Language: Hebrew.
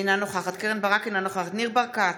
אינה נוכחת קרן ברק, אינה נוכחת ניר ברקת,